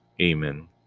Amen